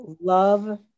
love